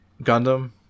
Gundam